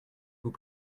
vous